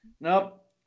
Nope